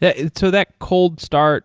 that so that cold start,